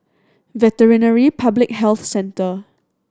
Veterinary Public Health Centre